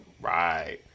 Right